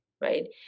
right